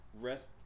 rest